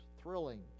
thrilling